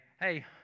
hey